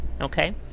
Okay